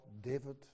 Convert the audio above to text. David